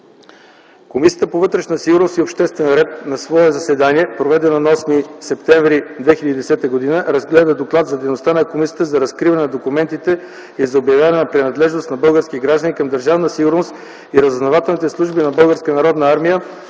Комисията по вътрешна сигурност и обществен ред на свое заседание, проведено на 8 септември 2010 г., разгледа Доклад за дейността на Комисията за разкриване на документите и за обявяване на принадлежност на български граждани към Държавна сигурност и разузнавателните служби на